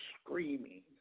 screaming